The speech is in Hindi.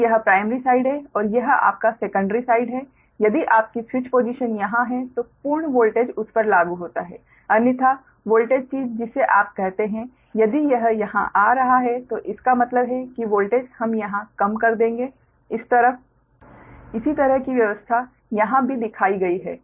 तो यह प्राइमरी साइड है और यह आपका सेकंडरी साइड है यदि आपकी स्विच पोसिशन यहां हैं तो पूर्ण वोल्टेज उस पर लागू होता है अन्यथा वोल्टेज चीज जिसे आप कहते हैं यदि यह यहां आ रहा हैं तो इसका मतलब है कि वोल्टेज हम यहा कम कर देंगे इस तरफ इसी तरह की व्यवस्था यहा भी दिखाई गई है